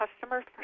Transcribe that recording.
customer